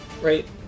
Right